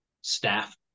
staff